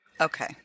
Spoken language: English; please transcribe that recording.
Okay